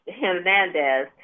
Hernandez